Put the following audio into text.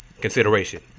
consideration